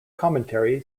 commentary